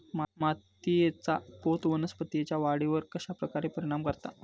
मातीएचा पोत वनस्पतींएच्या वाढीवर कश्या प्रकारे परिणाम करता?